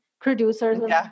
producers